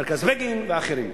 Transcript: מרכז בגין ואחרים.